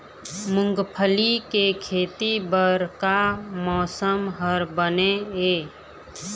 मूंगफली के खेती बर का मौसम हर बने ये?